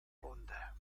runde